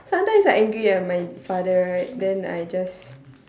sometimes I angry at my father right then I just